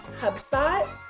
HubSpot